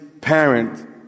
parent